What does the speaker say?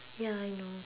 ya I know